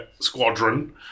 squadron